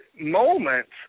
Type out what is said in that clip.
moments –